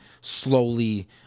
slowly